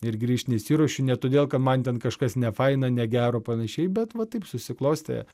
ir grįžt nesiruošiu ne todėl kad man ten kažkas nefaina negero panašiai bet va taip susiklostė